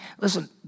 Listen